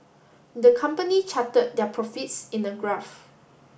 the company charted their profits in a graph